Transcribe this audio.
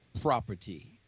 property